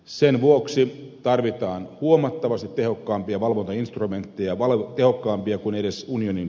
sen vuoksi tarvitaan huomattavasti tehokkaampia valvontainstrumenttejapalkkiokkaampia kun eduskunnan